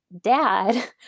dad